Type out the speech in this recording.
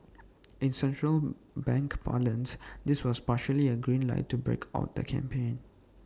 in central bank parlance this was practically A green light to break out the champagne